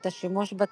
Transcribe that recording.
את השימוש בתרופה.